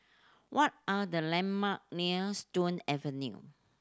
what are the landmark near Stone Avenue